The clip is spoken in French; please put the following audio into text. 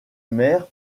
mère